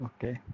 Okay